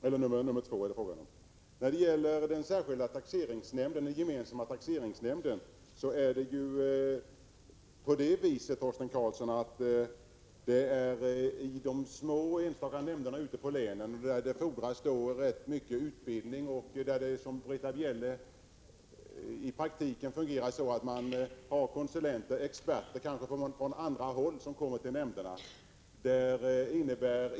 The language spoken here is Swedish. Att inte tillstyrka förslaget om en gemensam taxeringsnämnd innebär ju, Torsten Karlsson, inte på sikt någon högre kompetens inom de små taxeringsnämnderna ute i länen. I dessa nämnder fordras det rätt mycket av utbildning, och där fungerar det i praktiken så, som Britta Bjelle påpekade, att man kanske tillkallar experter från andra håll.